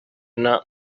not